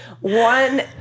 one